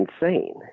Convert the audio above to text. insane